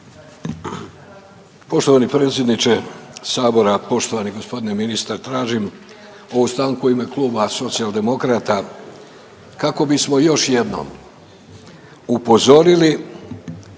Poštovani predsjedniče sabora, poštovani g. ministre. Tražim ovu stanku u ime kluba Socijaldemokrata kako bismo još jednom upozorili